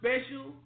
special